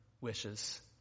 wishes